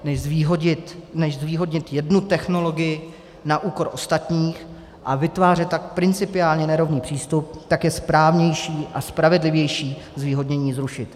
Než zvýhodnit jednu technologii na úkor ostatních a vytvářet tak principiálně nerovný přístup, tak je správnější a spravedlivější zvýhodnění zrušit.